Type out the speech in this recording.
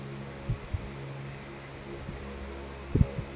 Sir ನನಗೆ credit card ಬೇಕಂದ್ರೆ ಎಷ್ಟು ವ್ಯವಹಾರ ಮಾಡಬೇಕ್ರಿ?